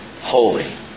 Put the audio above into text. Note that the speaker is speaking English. holy